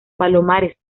palomares